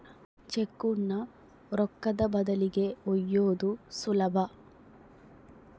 ಚೆಕ್ಕುನ್ನ ರೊಕ್ಕದ ಬದಲಿಗಿ ಒಯ್ಯೋದು ಸುಲಭ